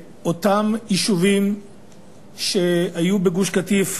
אותם יישובים שהיו בגוש-קטיף,